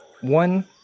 one